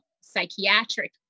psychiatric